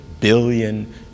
billion